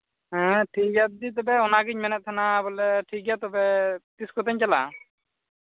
ᱦᱮᱸ ᱴᱷᱤᱠ ᱜᱮᱭᱟ ᱫᱤᱫᱤ ᱛᱚᱵᱮ ᱚᱱᱟᱜᱤᱧ ᱢᱮᱱᱮᱫ ᱛᱟᱦᱮᱱᱟ ᱵᱚᱞᱮ ᱴᱷᱤᱠ ᱜᱮᱭᱟ ᱛᱚᱵᱮ ᱛᱤᱥ ᱠᱚᱛᱮᱧ ᱪᱟᱞᱟᱜᱼᱟ